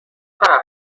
طرف